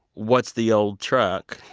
what's the old truck?